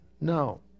No